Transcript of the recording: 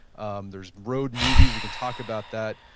um there's road movies, we can talk about that.